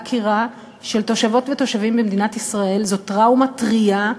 עקירה של תושבות ותושבים במדינת ישראל זאת טראומה טרייה,